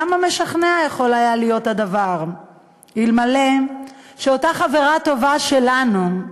כמה משכנע יכול היה להיות הדבר אלמלא אותה חברה טובה שלנו,